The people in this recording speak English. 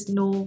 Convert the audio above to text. no